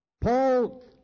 Paul